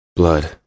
Blood